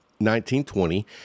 1920